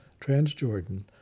Transjordan